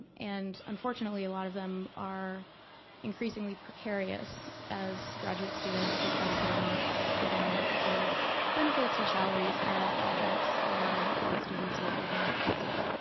and unfortunately a lot of them are increasingly precarious as graduate students, because they're not getting good benefits or salaries as adjuncts or grad students or even professors.